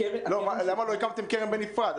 למה לא הקמתם קרן בנפרד?